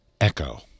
echo